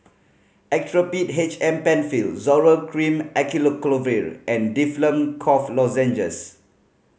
Actrapid H M Penfill Zoral Cream Acyclovir and Difflam Cough Lozenges